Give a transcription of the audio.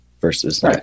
versus